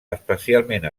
especialment